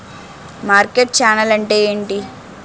Market channel అంటే ఏంటి?